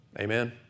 Amen